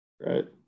Right